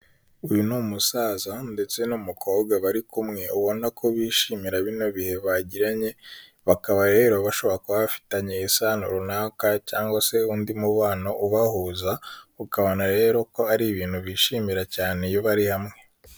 Uyu ni umusaza ndetse n'umukobwa bari kumwe, ubona ko bishimira bino bihe bagiranye, bakaba rero bashobora kuba bafitanye isano runaka cyangwa se undi mubano ubahuza, ukabona rero ko hari ibintu bishimira cyane iyo bari hamwe.